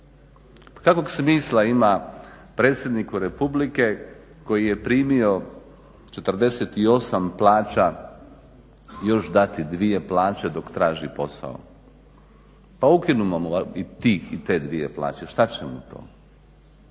Kakvog smisla ima predsjedniku Republike koji je primio 48 plaća još dati 2 plaće dok traži posao. Pa ukinimo mu i tih, te dvije plaće. Šta će mu to?